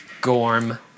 Gorm